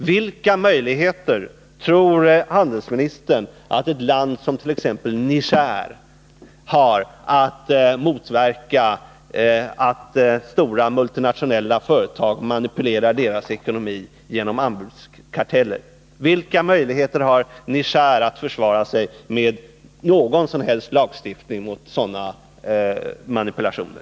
Vilka möjligheter tror handelsministern att t.ex. ett land som Niger har att motverka att stora multinationella företag manipulerar dess ekonomi genom anbudskarteller? Vilka möjligheter har Niger att med någon lagstiftning försvara sig mot sådana manipulationer?